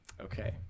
Okay